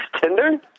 Tinder